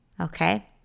Okay